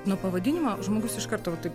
nuo pavadinimo žmogus iš karto taip